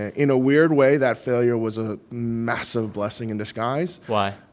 ah in a weird way, that failure was a massive blessing in disguise why?